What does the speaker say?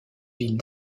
villes